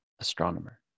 Astronomer